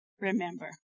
Remember